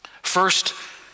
First